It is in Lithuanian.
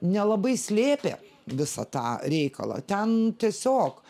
nelabai slėpė visą tą reikalą ten tiesiog